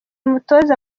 umutoza